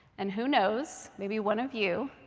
and who knows, maybe one of you,